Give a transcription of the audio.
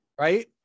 right